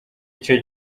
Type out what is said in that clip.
icyo